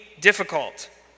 difficult